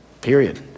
period